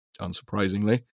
Unsurprisingly